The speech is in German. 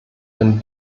den